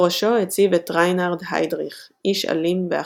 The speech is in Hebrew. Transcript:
בראשו הציב את ריינהרד היידריך איש אלים ואכזר.